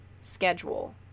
schedule